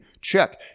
Check